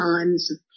times